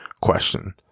question